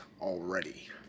already